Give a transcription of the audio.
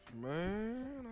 Man